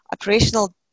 Operational